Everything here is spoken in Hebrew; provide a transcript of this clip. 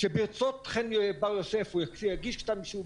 שברצות חן בר יוסף הוא יגיש כתב אישום,